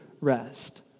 rest